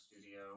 studio